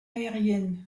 aériennes